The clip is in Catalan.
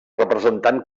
representant